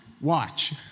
watch